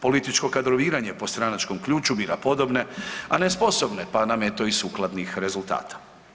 Političko kadroviranje po stranačkom ključu bira podobne, a ne sposobne pa nam eto i sukladnih rezultata.